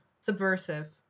subversive